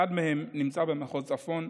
אחד מהם נמצא במחוז צפון,